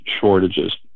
shortages